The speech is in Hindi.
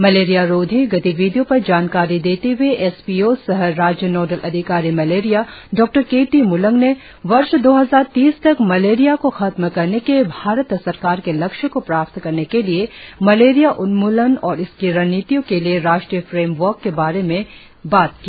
मलेरिया रोधी गतिविधियों पर जानकारी देते हुए एस पी ओ सह राज्य नोडल अधिकारी मलेरिया डॉ के टी म्लंग ने वर्ष दो हजार तीस तक मलेरिया को खत्म करने के भारत सरकार के लक्ष्य को प्राप्त करने के लिए मलेरिया उन्मूलन और इसकी रणनीतियों के लिए राष्ट्रीय फ्रेम वर्क के बारे में बात की